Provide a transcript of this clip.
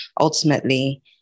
ultimately